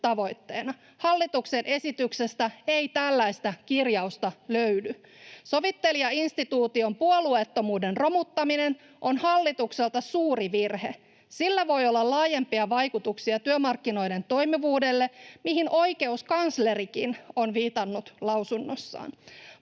Hallituksen esityksestä ei tällaista kirjausta löydy. Sovittelijainstituution puolueettomuuden romuttaminen on hallitukselta suuri virhe. Sillä voi olla laajempia vaikutuksia työmarkkinoiden toimivuudelle, mihin oikeuskanslerikin on viitannut lausunnossaan.